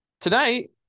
tonight